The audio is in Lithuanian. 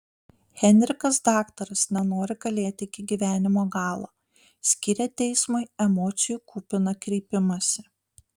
henrikas daktaras nenori kalėti iki gyvenimo galo skyrė teismui emocijų kupiną kreipimąsi